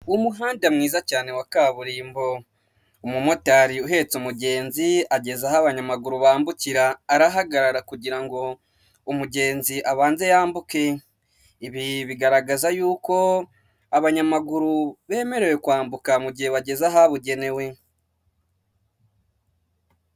Umuhanda mwiza cyane wa kaburimbo, umumotari uhetse umugenzi ageza aho abanyamaguru bambukira arahagarara kugira ngo umugenzi abanze yambuke, ibi bigaragaza yuko abanyamaguru bemerewe kwambuka mu gihe bageze ahabugenewe.